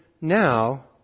now